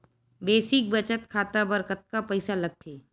Basic बचत खाता बर कतका पईसा लगथे?